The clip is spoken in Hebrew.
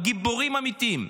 גיבורים אמיתיים,